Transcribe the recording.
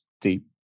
deep